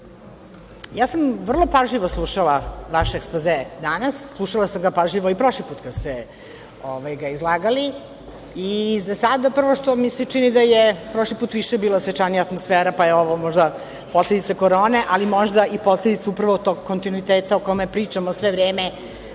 sam vrlo pažljivo slušala vaš ekspoze danas, slušala sam ga pažljivo i prošli put kad ste ga izlagali i za sada prvo što mi se čini da je prošli put bila svečanija atmosfera, pa je ovo možda posledica korone, ali možda i posledica upravo tog kontinuiteta o kome pričamo sve vreme.